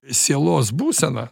sielos būsena